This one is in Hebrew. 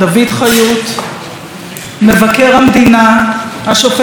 מבקר המדינה השופט בדימוס יוסף שפירא,